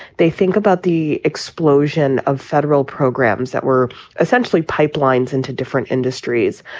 they think about the explosion of federal programs that were essentially pipelines into different industries.